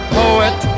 poet